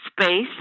space